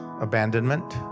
Abandonment